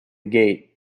gate